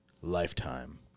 lifetime